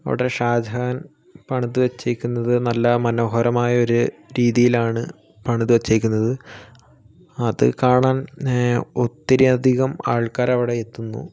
അവിടെ ഷാജഹാൻ പണിതു വച്ചിരിക്കുന്നത് നല്ല മനോഹരമായ ഒരു രീതിയിലാണ് പണിതു വച്ചേക്കുന്നത് അത് കാണാൻ ഒത്തിരി അധികം ആൾക്കാർ അവിടെ എത്തുന്നു